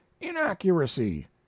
inaccuracy